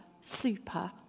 super